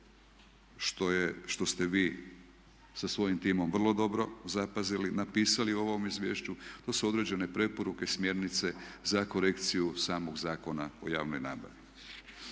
što ste vi sa svojim timom vrlo dobro zapazili, napisali u ovom izvješću. To su određene preporuke, smjernice za korekciju samog Zakona o javnoj nabavi.